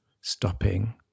stopping